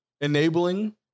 enabling